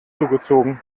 zugezogen